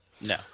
No